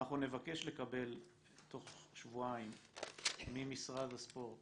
אנחנו נבקש לקבל תוך שבועיים ממשרד הספורט